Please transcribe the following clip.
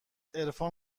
عرفان